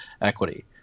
equity